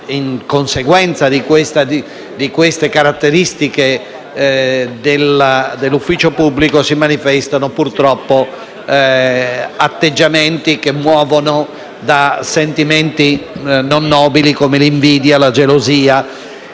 In conseguenza di queste caratteristiche dell'ufficio pubblico si manifestano intensamente, purtroppo, atteggiamenti che muovono da sentimenti non nobili, come l'invidia e la gelosia.